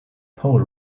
pole